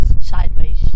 Sideways